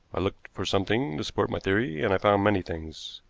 i looked for something to support my theory, and i found many things.